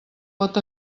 pot